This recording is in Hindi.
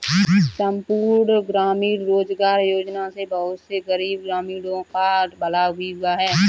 संपूर्ण ग्रामीण रोजगार योजना से बहुत से गरीब ग्रामीणों का भला भी हुआ है